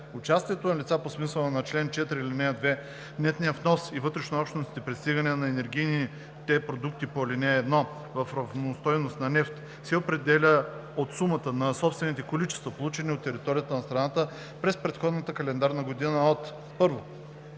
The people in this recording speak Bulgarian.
Участието на лицата по смисъла на чл. 4, ал. 2 в нетния внос и вътрешнообщностните пристигания на енергийните продукти по ал. 1 в равностойност на нефт се определя от сумата на собствените количества, получени на територията на страната през предходната календарна година, от: 1.